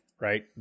right